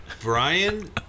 Brian